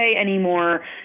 anymore